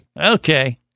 Okay